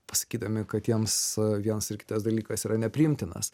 pasakydami kad jiems vienas ar kitas dalykas yra nepriimtinas